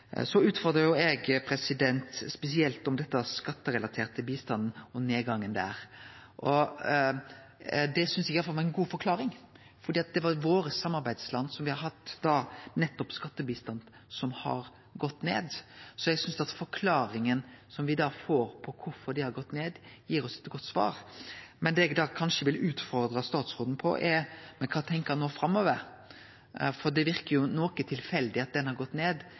spesielt om nedgangen i den skatterelaterte bistanden. Der synest eg me har fått ei god forklaring. Skattebistanden vår har gått ned til samarbeidslanda våre. Så eg synest at forklaringa som me får på kvifor det har gått ned, gir oss eit godt svar. Men det eg kanskje vil utfordre statsråden på, er kva han nå tenkjer framover. For det verkar jo noko tilfeldig at han har gått ned.